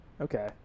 Okay